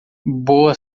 boa